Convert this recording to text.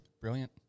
Brilliant